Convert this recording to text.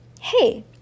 hey